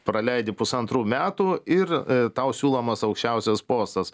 praleidi pusantrų metų ir tau siūlomas aukščiausias postas